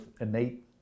innate